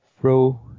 throw